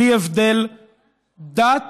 בלי הבדל דת,